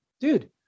Dude